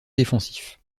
défensif